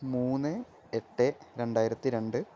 മൂന്ന് എട്ട് രണ്ടായിരത്തിരണ്ട്